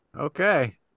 okay